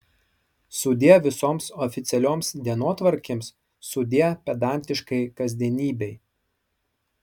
sudie visoms oficialioms dienotvarkėms sudie pedantiškai kasdienybei